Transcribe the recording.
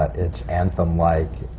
ah it's anthem-like.